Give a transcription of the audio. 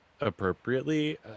appropriately